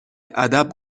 ادب